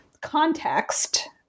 context